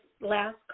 last